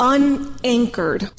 Unanchored